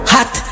Hot